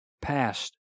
past